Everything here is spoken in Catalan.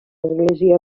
església